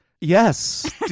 yes